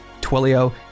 Twilio